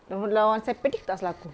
dorang menang saint patrick tak salah aku